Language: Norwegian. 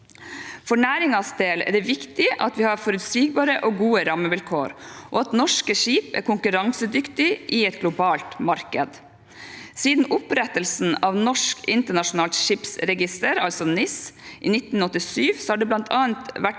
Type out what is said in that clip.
For næringens del er det viktig at vi har forutsigbare og gode rammevilkår, og at norske skip er konkurransedyktige i et globalt marked. Siden opprettelsen av norsk internasjonalt skipsregister, NIS, i 1987 har det bl.a. vært